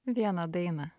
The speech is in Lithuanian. vieną dainą